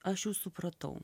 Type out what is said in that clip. aš jau supratau